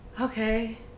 okay